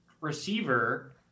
receiver